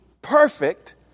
perfect